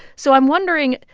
so i'm wondering,